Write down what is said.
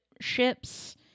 ships